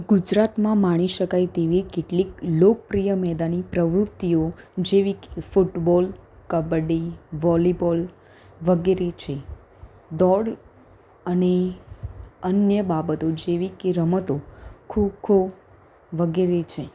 ગુજરાતમાં માણી શકાય તેવી કેટલીક લોકપ્રિય મેદાની પ્રવૃતિઓ જેવી ફૂટબોલ કબડી વોલીબોલ વગેરે છે દોડ અને અન્ય બાબતો જેવી કે રમતો ખોખો વગરે છે